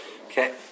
Okay